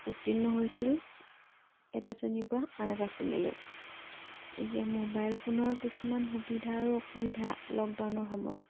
উত্তীৰ্ণ হৈছিল এটা শ্ৰেণীৰ পৰা আন এটা শ্ৰেণীলৈ এতিয়া মোবাইল ফোনৰ কিছুমান সুবিধা আৰু অসুবিধা লকডাউনৰ সময়ত